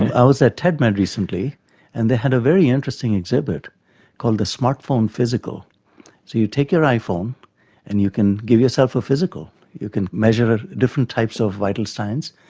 i was at tedmed recently and they had a very interesting exhibit called the smartphone physical. so you take your iphone and you can give yourself a physical, you can measure different types of vital signs,